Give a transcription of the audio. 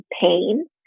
pain